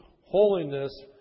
holiness